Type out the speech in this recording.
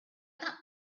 that